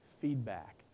feedback